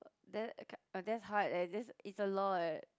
then acad~ that's how that it's it's a lot